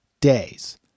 days